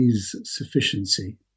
sufficiency